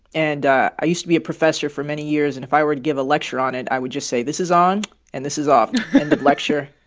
and i i used to be a professor for many years. and if i were to give a lecture on it, i would just say, this is on and is off end of lecture.